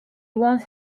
once